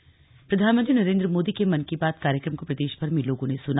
मन की बात एनआईवीएच प्रधानमंत्री नरेन्द्र मोदी के मन की बात कार्यक्रम को प्रदेशभर में लोगों ने सुना